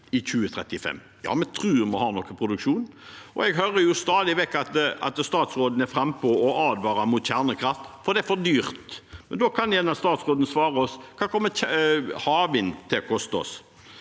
i 2035? Vi tror vi har noe produksjon. Jeg hører stadig vekk at statsråden er frampå og advarer mot kjernekraft fordi det er for dyrt. Men da kan gjerne statsråden svare oss: Hva kommer havvind til å koste oss?